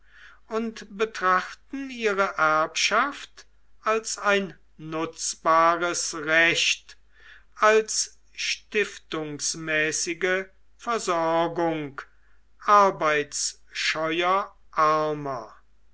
und betrachten ihre erbschaft als ein nutzbares recht als stiftungsmäßige versorgung arbeitsscheuer armer